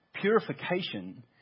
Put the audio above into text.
Purification